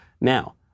Now